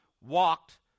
walked